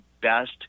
best